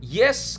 yes